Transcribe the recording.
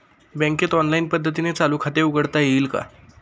बँकेत ऑनलाईन पद्धतीने चालू खाते उघडता येईल का?